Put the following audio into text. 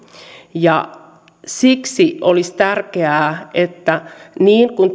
siksi olisi tärkeää että niin kuin